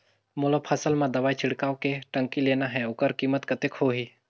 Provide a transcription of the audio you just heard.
मोला फसल मां दवाई छिड़काव के टंकी लेना हे ओकर कीमत कतेक होही?